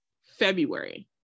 February